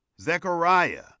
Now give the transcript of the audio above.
Zechariah